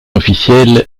officielle